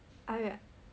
!aiya!